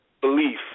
belief